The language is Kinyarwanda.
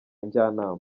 njyanama